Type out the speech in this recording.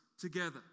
together